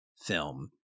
film